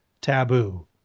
taboo